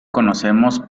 conocemos